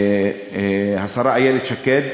השרה איילת שקד,